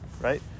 right